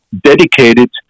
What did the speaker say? dedicated